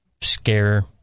scare